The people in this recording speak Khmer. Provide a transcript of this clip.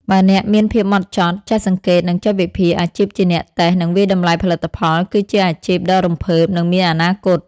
បើអ្នកមានភាពហ្មត់ចត់ ចេះសង្កេត និងចេះវិភាគ អាជីពជាអ្នកតេស្ត និងវាយតម្លៃផលិតផលគឺជាអាជីពដ៏រំភើប និងមានអនាគត។